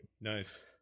Nice